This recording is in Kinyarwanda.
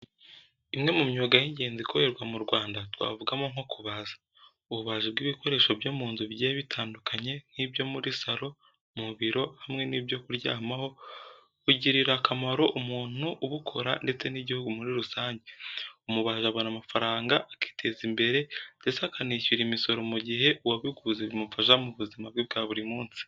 Imwe mu myuga y'ingenzi ikorerwa mu Rwanda twavuga mo nko kubaza. Ububaji bw'ibikoresho byo munzu bigiye bitandukanye nk'ibyo muri salo, mu biro hamwe n'ibyo kuryamaho bugirira akamaro umuntu ubukora ndetse n'igihugu muri rusange. Umubaji abona amafaranga akiteza imbere ndetse akanishyura imisoro mugihe uwabiguze bimufasha mu buzima bwe bwa buri munsi.